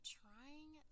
trying